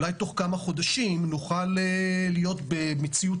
אולי תוך כמה חודשים נוכל להיות במציאות